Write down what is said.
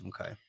Okay